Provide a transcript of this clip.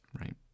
right